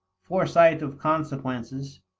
foresight of consequences,